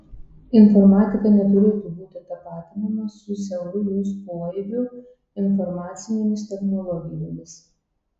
informatika neturėtų būti tapatinama su siauru jos poaibiu informacinėmis technologijomis